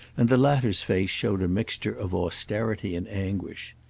and the latter's face showed a mixture of austerity and anguish.